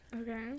okay